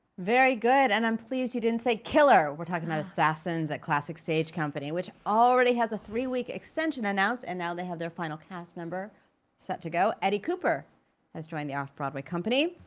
very good, and i'm pleased you didn't say killer. we're talking about assassins at classic stage company which already has a three week extension announced. and now they have their final cast member set to go, eddie cooper has joined the off-broadway company.